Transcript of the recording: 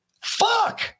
Fuck